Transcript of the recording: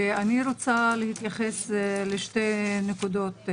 אני רוצה להתייחס לשתי נקודות.